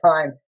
time